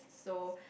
so